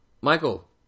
michael